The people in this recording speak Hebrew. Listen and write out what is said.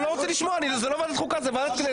לדבר ולאהוב את המודל האמריקאי כל כך,